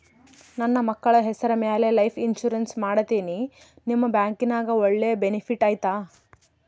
ನನ್ನ ಮಕ್ಕಳ ಹೆಸರ ಮ್ಯಾಲೆ ಲೈಫ್ ಇನ್ಸೂರೆನ್ಸ್ ಮಾಡತೇನಿ ನಿಮ್ಮ ಬ್ಯಾಂಕಿನ್ಯಾಗ ಒಳ್ಳೆ ಬೆನಿಫಿಟ್ ಐತಾ?